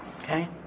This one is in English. Okay